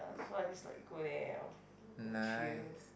ya so I used like go there orh and chill